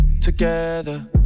together